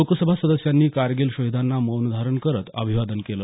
लोकसभा सदस्यांनी कारगिल शहिदांना मैान धारण करत अभिवादन केलं